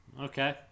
okay